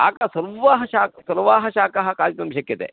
शाकाः सर्वे शाकाः सर्वे शाकाः खादितुं शक्यन्ते